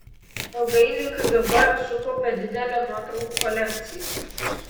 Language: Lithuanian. ilgainiui kgb sukaupė didelę nuotraukų kolekciją